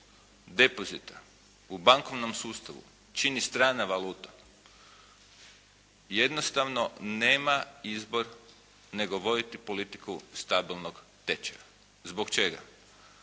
depozita u bankovnom sustavu čini strana valuta jednostavno nema izbor nego voditi politiku stabilnog tečaja. Zbog čega?